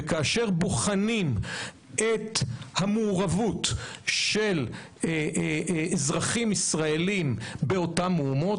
וכאשר בוחנים את המעורבות של אזרחים ישראלים באותן מהומות,